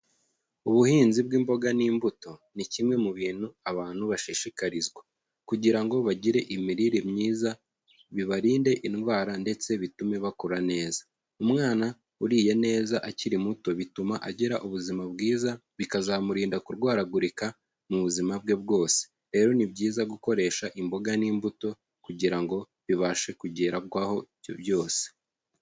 Ubuhinzi bw'imboga n'imbuto, ni kimwe mu bintu abantu bashishikarizwa kugira ngo bagire imirire myiza, bibarinde indwara ndetse bitume bakura neza. Umwana uriye neza akiri muto bituma agira ubuzima bwiza, bikazamurinda kurwaragurika mu buzima bwe bwose, rero ni byiza gukoresha imboga n'imbuto kugira ngo bibashe kugerwaho, ibyo byose.